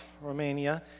Romania